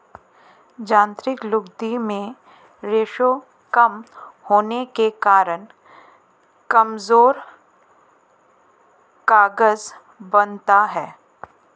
यांत्रिक लुगदी में रेशें कम होने के कारण कमजोर कागज बनता है